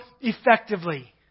effectively